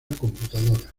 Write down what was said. computadora